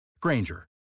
Granger